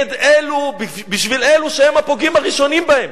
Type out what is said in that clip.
בשביל אלו שהם הפוגעים הראשונים בהם,